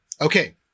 Okay